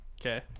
okay